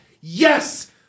yes